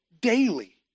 daily